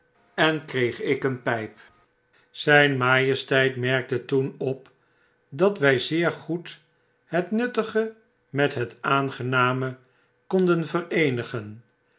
en overdrukken kreeg ik een pyp zijn majesteit merkte toen op dat wij zeer goed het riuttigemethetaangename konden vereenigen